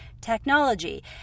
technology